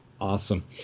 awesome